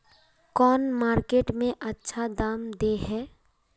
कौन मार्केट में अच्छा दाम दे है?